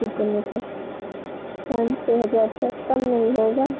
कितने से पाँच छः हजार से कम नहीं होगा